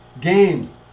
games